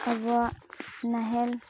ᱟᱵᱚᱣᱟᱜ ᱱᱟᱦᱮᱞ